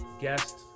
guest